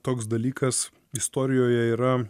toks dalykas istorijoje yra